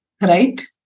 right